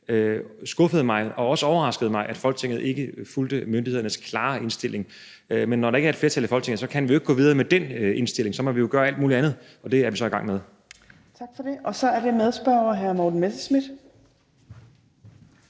skuffede og overraskede mig også, at Folketinget ikke fulgte myndighedernes klare indstilling. Men når der ikke er et flertal i Folketinget, kan vi jo ikke gå videre med den indstilling, og så må vi jo gøre alt muligt andet, og det er vi så i gang med. Kl. 15:35 Fjerde næstformand (Trine